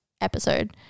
episode